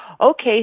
okay